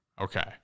Okay